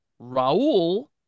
Raul